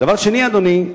דבר שני, אדוני,